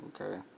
Okay